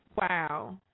Wow